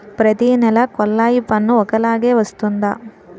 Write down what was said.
ప్రతి నెల కొల్లాయి పన్ను ఒకలాగే వస్తుందా?